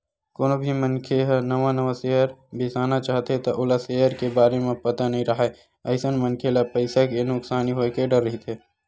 कोनो भी मनखे ह नवा नवा सेयर बिसाना चाहथे त ओला सेयर के बारे म पता नइ राहय अइसन मनखे ल पइसा के नुकसानी होय के डर रहिथे